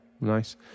nice